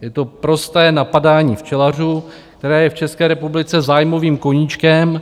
Je to prosté napadání včelařů, které je v České republice zájmovým koníčkem.